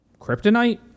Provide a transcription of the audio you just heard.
kryptonite